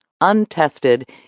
Untested